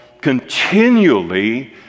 continually